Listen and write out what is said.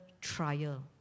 trial